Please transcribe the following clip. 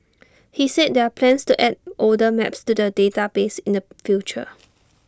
he said there are plans to add older maps to the database in the future